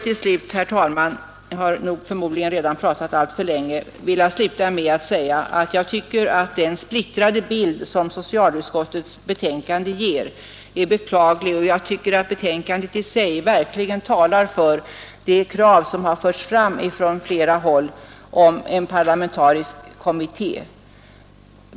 Till slut, herr talman, vill jag säga att jag tycker att den splittrade bild som socialutskottets betänkande ger är beklaglig och att betänkandet i sig verkligen talar för de krav som har förts fram från flera håll om en parlamentarisk kommitté.